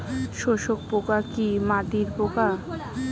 শোষক পোকা কি মাটির পোকা?